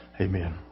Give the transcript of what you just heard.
Amen